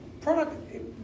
Product